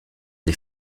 les